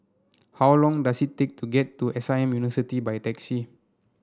how long does it take to get to S I M University by taxi